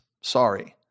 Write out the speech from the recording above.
Sorry